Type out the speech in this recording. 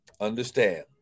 understand